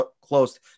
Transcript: close